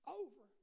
over